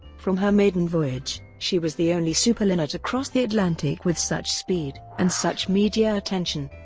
from her maiden voyage, she was the only superliner to cross the atlantic with such speed and such media attention.